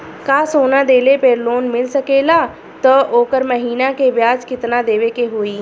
का सोना देले पे लोन मिल सकेला त ओकर महीना के ब्याज कितनादेवे के होई?